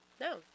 No